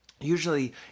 usually